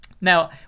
Now